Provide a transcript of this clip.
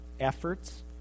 efforts